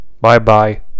Bye-bye